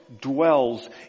dwells